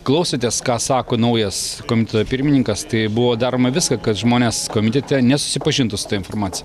klausotės ką sako naujas komiteto pirmininkas tai buvo daroma visa kad žmonės komitete nesusipažintų su ta informacija